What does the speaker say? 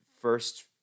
First